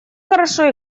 хорошо